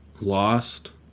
lost